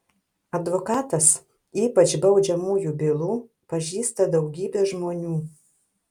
advokatas ypač baudžiamųjų bylų pažįsta daugybę žmonių